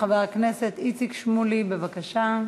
3577 ו-3587 בנושא: